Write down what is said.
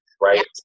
right